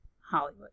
Hollywood